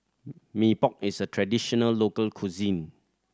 Mee Pok is a traditional local cuisine